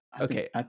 okay